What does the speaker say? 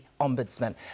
Ombudsman